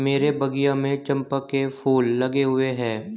मेरे बगिया में चंपा के फूल लगे हुए हैं